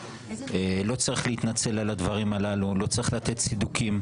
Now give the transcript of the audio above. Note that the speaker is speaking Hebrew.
ולא צריך להתנצל על הדברים הללו ולא צריך לתת צידוקים.